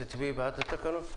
תצביעי בעד התקנות?